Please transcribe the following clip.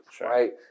right